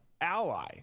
ally